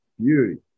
Beauty